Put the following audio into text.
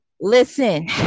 Listen